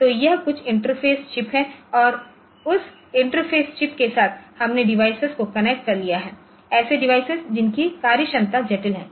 तो यह कुछ इंटरफ़ेस चिप है और उस इंटरफ़ेस चिप के साथ हमने डिवाइस को कनेक्ट कर लिया है ऐसे डिवाइस जिनकी कार्यक्षमता जटिल है